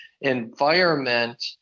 environment